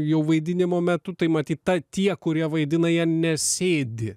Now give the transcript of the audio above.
jau vaidinimo metu tai matyt tą tie kurie vaidina jie nesėdi